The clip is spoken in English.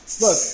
Look